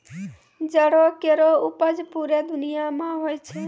जंडो केरो उपज पूरे दुनिया म होय छै